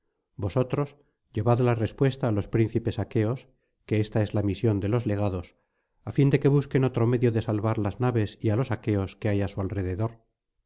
vosotros llevad la respuesta á los príncipes aqueos que esta es la misión de los legados á fin de que busquen otro medio de salvar las naves y á los aqueos que hay á su alrededor